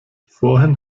vorhin